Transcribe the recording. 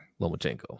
Lomachenko